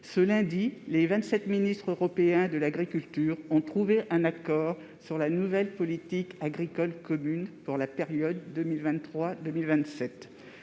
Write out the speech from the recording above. Ce lundi, les vingt-sept ministres européens de l'agriculture ont trouvé un accord sur la nouvelle politique agricole commune (PAC) pour la période 2023-2027.